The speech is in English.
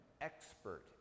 expert